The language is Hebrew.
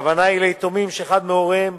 הכוונה היא ליתומים שאחד מהוריהם